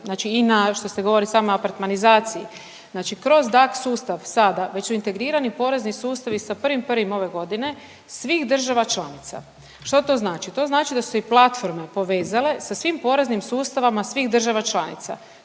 i što ste govori sama apartmanizaciji znači kroz DAK sustav sada već su integrirani porezni sustavi sa 1.1. ove godine svih država članica. Što to znači? To znači da su se i platforme povezale sa svim poreznim sustavima svih država članica.